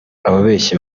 ababeshyi